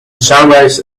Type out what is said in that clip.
sunrise